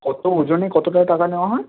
কতো ওজনে কতোটা টাকা নেওয়া হয়